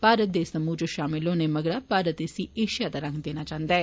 भारत दे इस समूह च शामल होने मगरा भारत इसी एशिया दा रंग देना चांहदा ऐ